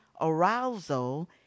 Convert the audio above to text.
arousal